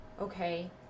Okay